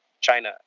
China